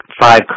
five